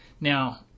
Now